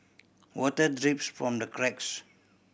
water drips from the cracks